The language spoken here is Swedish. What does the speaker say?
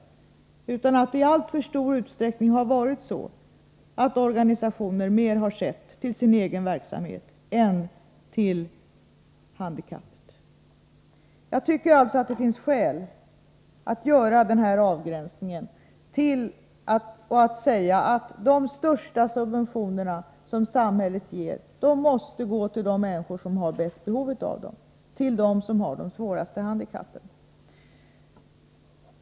Det har i alltför stor utsträckning varit så, att organisationer mer sett till sin egen verksamhet än till de handikappade. Jag tycker alltså att det finns skäl att göra den här avgränsningen och att säga att de största subventioner som samhället ger måste gå till de människor som har bäst behov av dem, till dem som har de svåraste handikappen.